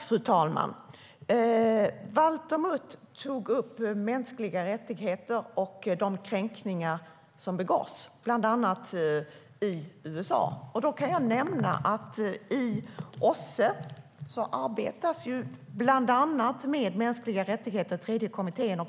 Fru talman! Valter Mutt tog upp mänskliga rättigheter och de kränkningar som begås bland annat av USA. Jag kan nämna att i OSSE arbetas bland annat med mänskliga rättigheter i tredje kommittén.